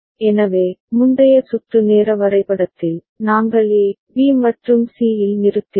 எனவே முந்தைய சுற்று நேர வரைபடத்தில் நாங்கள் A B மற்றும் C இல் நிறுத்தினோம்